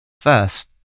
First